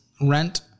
rent